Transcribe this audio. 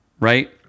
Right